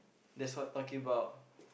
that's what I'm talking about